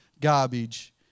garbage